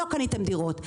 לא קניתם דירות.